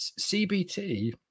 CBT